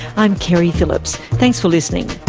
i'm keri phillips. thanks for listening